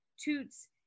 Toots